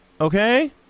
Okay